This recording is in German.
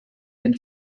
den